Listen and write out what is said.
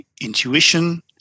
intuition